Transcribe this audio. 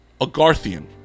agarthian